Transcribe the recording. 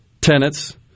tenets